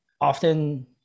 often